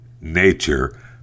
Nature